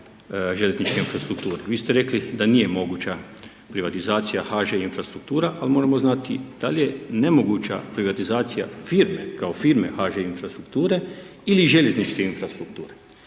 željezničke infrastrukture. Vi ste rekli da nije moguća privatizacija HŽ infrastruktura, ali moramo znati, da li je nemoguća privatizacija firme, kao firme HŽ infrastrukture ili željezničke infrastrukture.